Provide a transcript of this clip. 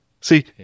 See